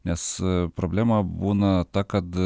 nes problema būna ta kad